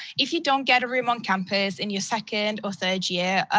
if you don't get a room on campus in your second or third year,